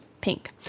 Pink